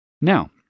Now